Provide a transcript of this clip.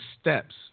steps